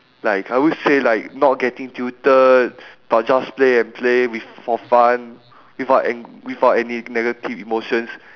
like I would say like not getting tilted but just play and play with for fun without any without any negative emotions